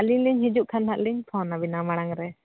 ᱟᱹᱞᱤᱧ ᱞᱤᱧ ᱦᱤᱡᱩᱜ ᱠᱷᱟᱱᱞᱤᱧ ᱯᱷᱳᱱᱟᱵᱮᱱᱟ ᱢᱟᱲᱟᱝ ᱨᱮ